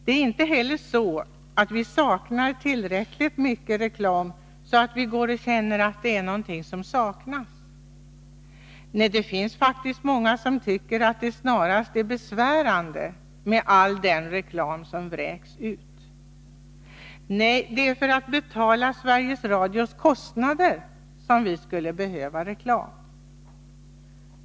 Det ärinte heller så att vi inte har tillräckligt mycket reklam, att vi går och känner att det är något som saknas. Nej, det finns faktiskt många som tycker att det snarare är besvärande med all reklam som vräks ut. Det är som sagt för att betala Sveriges Radios kostnader som vi skulle behöva reklam.